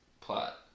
plot